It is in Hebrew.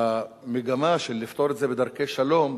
המגמה של לפתור את זה בדרכי שלום,